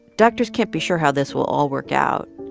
doctors can't be sure how this will all work out.